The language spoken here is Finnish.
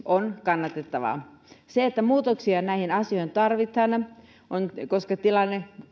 on kannatettava muutoksia näihin asioihin tarvitaan koska tilanne